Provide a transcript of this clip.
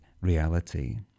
reality